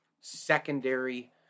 secondary